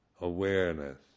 awareness